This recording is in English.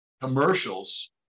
commercials